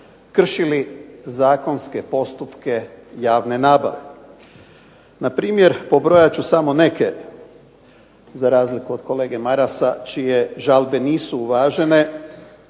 kršili zakonske postupke javne nabave. Npr. pobrojat ću samo neke, za razliku od kolege Marasa čije žalbe nisu uvažene